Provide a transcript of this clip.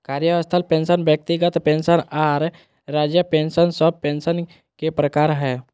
कार्यस्थल पेंशन व्यक्तिगत पेंशन आर राज्य पेंशन सब पेंशन के प्रकार हय